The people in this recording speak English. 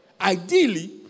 ideally